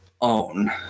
own